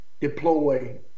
deploy